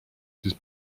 siis